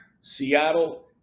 Seattle